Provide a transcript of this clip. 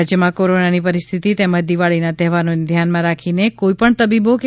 રાજથમાં કોરોનાની પરિસ્થિતિ તેમજ દિવાળીના તહેવારોને ધ્યાનમાં રાખીને કોઇપણ તબીબો કે